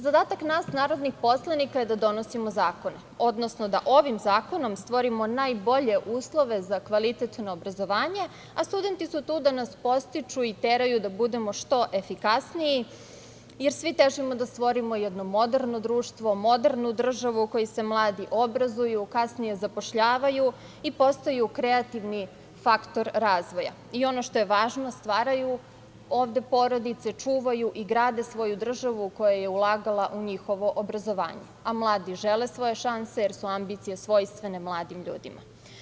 Zadatak nas narodnih poslanika je da donosimo zakone, odnosno da ovim zakonom stvorimo najbolje uslove za kvalitetno obrazovanje, a studenti su tu da nas podstiču i teraju da budemo što efikasniji, jer svi težimo da stvorimo jedno moderno društvo, modernu državu, u kojoj se mladi obrazuju, kasnije zapošljavaju i postaju kreativni faktor razvoja i, ono što je važno, stvaraju ovde porodice, čuvaju i grade svoju državu koja je ulagala u njihovo obrazovanje, a mladi žele svoje šanse, jer su ambicije svojstvene mladim ljudima.